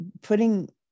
putting